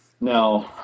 Now